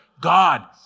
God